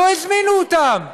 לא הזמינו אותם.